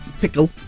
pickle